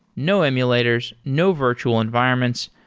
no emulators, no virtual environments.